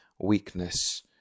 weakness